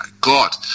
God